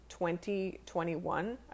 2021